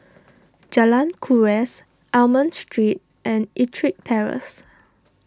Jalan Kuras Almond Street and Ettrick Terrace